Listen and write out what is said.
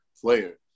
player